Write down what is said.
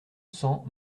cents